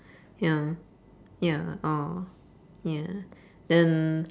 ya ya !aww! ya then